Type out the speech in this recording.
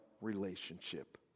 relationship